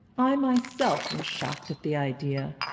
i myself am shocked at the idea.